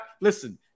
listen